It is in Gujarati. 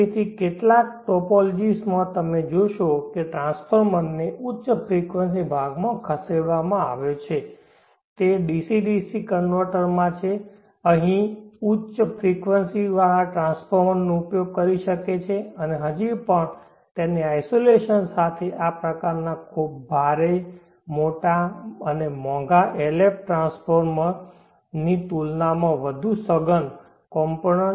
તેથી કેટલાક ટોપોલોજિસમાં તમે જોશો કે ટ્રાન્સફોર્મરને ઉચ્ચ ફ્રિકવંસી ભાગમાં ખસેડવામાં આવ્યો છે તે ડીસી ડીસી કન્વર્ટરમાં છે એક અહીં ઉચ્ચ ફ્રિકવંસી ટ્રાન્સફોર્મરનો ઉપયોગ કરી શકે છે અને હજી પણ તેની આઇસોલેશન સાથે આ પ્રકારના ખૂબ ભારે મોટા અને મોંઘા LF ટ્રાન્સફોર્મરની તુલનામાં વધુ સઘન કોમ્પોનન્ટ